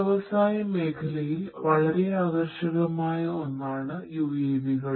വ്യവസായ മേഖലയിൽ വളരെ ആകർഷകമായ ഒന്നാണ് UAV കൾ